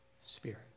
Spirit